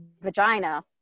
vagina